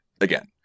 again